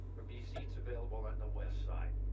be seats available on the west side.